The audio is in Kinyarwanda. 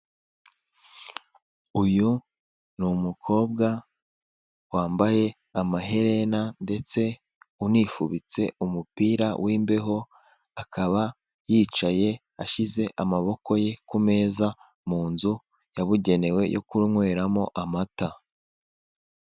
Uyu ni umukobwa wambaye amaherena ndetse unifubitse umupira w'imbeho akaba yicaye akaba yicaye ashyize amaboko ye ku meza mu inzu yabugenewe yo kunyweramo amata.